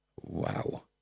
Wow